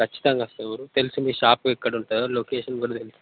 ఖచ్చితంగా వస్తా ఊరు తెలుసు మీ షాపు ఎక్కడుంటుందో లొకేషన్ కూడా తెలుసు